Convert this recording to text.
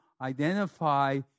identify